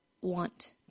want